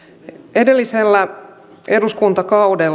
edellisen eduskuntakauden